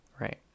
Right